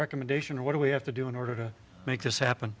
recommendation what do we have to do in order to make this happen